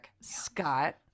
scott